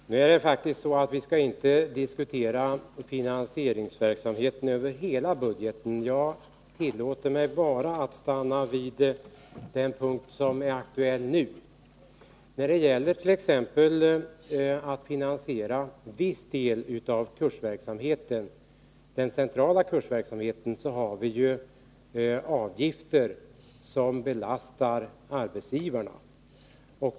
Herr talman! Nu är det faktiskt så att vi inte skall diskutera finansieringsverksamheten över hela budgeten. Jag tillåter mig att stanna vid den punkt som är aktuell nu. När det gäller t.ex. att finansiera viss del av kursverksamheten — den centrala kursverksamheten — har vi ju avgifter som belastar arbetsgivarna.